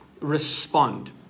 respond